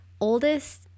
oldest